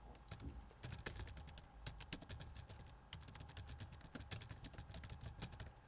well